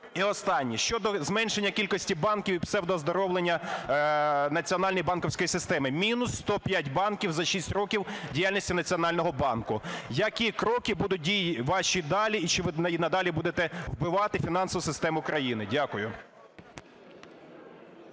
І останній. Щодо зменшення кількості банків і псевдооздоровлення національної банківської системи. Мінус 105 банків за 6 років діяльності Національного банку. Які кроки, будуть дії ваші далі, і чи ви й надалі будете вбивати фінансову систему країни? Дякую.